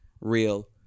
Real